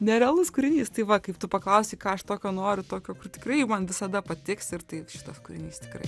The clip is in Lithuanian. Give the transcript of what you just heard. nerealus kūrinys tai va kaip tu paklausei ką aš tokio noriu tokio kur tikrai man visada patiks ir tai šitas kūrinys tikrai